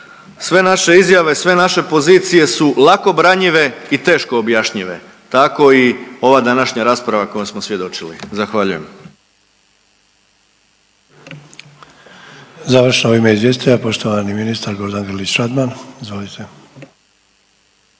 sve naše izjave, sve naše pozicije su lako branjive i teško objašnjive, tako i ova današnja rasprava kojoj smo svjedočili. Zahvaljujem. **Sanader, Ante (HDZ)** Završno u ime izvjestitelja, poštovani ministar Gordan Grlić Radman, izvolite.